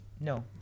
no